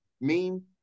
meme